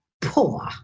poor